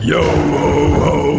Yo-ho-ho